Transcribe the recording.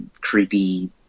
creepy